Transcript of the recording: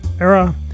era